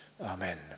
Amen